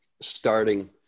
starting